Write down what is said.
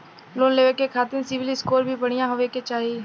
Loan लेवे के खातिन सिविल स्कोर भी बढ़िया होवें के चाही?